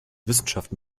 wissenschaft